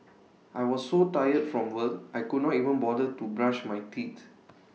I was so tired from work I could not even bother to brush my teeth